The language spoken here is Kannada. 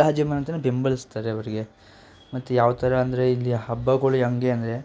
ರಾಜಮನೆತನ ಬೆಂಬಲಿಸ್ತದೆ ಅವರಿಗೆ ಮತ್ತು ಯಾವ ಥರ ಅಂದರೆ ಇಲ್ಲಿ ಹಬ್ಬಗಳು ಹೆಂಗೆ ಅಂದರೆ